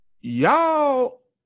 y'all